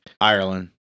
Ireland